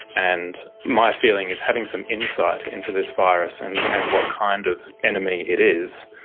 and my feeling is having some insight into this virus and and what kind of enemy it is,